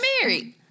married